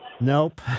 nope